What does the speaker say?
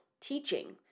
teaching